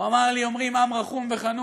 הוא אמר לי: אומרים עם רחום וחנון,